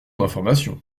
d’information